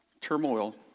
turmoil